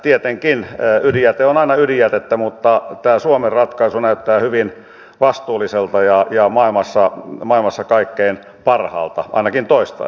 tietenkin ydinjäte on aina ydinjätettä mutta tämä suomen ratkaisu näyttää hyvin vastuulliselta ja maailmassa kaikkein parhaalta ainakin toistaiseksi